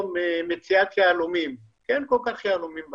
היום למציאת יהלומים, כי אין המון יהלומים בארץ.